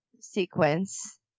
sequence